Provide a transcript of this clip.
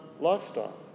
lifestyle